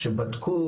שבדקו